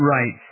Right